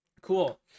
cool